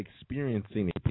experiencing